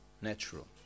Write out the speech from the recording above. natural